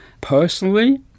Personally